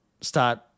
start